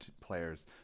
players